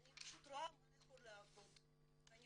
אני פשוט רואה מה יכול לעבוד.